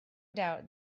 doubt